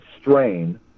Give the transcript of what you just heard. strain